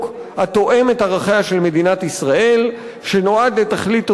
התואם את ערכיה של מדינת ישראל שנועד לתכלית ראויה,